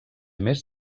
més